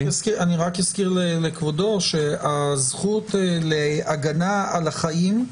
אני רק אזכיר לכבודו שהזכות להגנה על החיים,